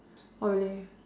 oh really